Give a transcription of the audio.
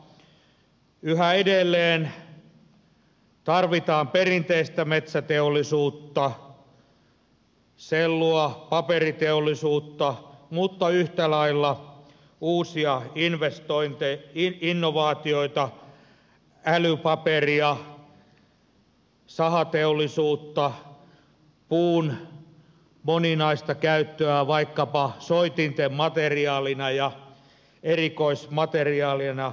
yhä edelleen tarvitaan perinteistä metsäteollisuutta sellua paperiteollisuutta mutta yhtä lailla uusia innovaatioita älypaperia sahateollisuutta puun moninaista käyttöä vaikkapa soitinten materiaalina ja erikoismateriaalina